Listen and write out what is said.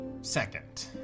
Second